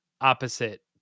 opposite